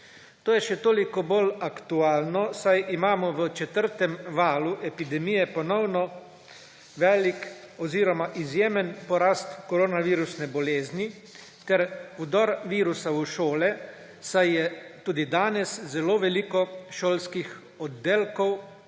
To je še toliko bolj aktualno, saj imamo v četrtem valu epidemije ponovno velik oziroma izjemen porast koronavirusne bolezni ter vdor virusa v šole in je tudi danes zelo veliko šolskih oddelkov ponovno